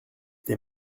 tes